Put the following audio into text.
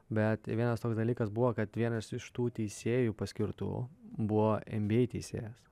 bet vienas toks dalykas buvo kad vienas iš tų teisėjų paskirtų buvo nba teisėjas